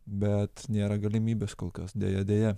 bet nėra galimybės kol kas deja deja